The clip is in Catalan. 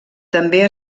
també